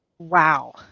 Wow